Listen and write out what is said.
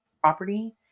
property